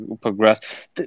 progress